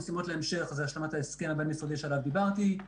זה השלמת ההסכם הבין משרדי שעליו דיברתי,